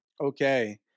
Okay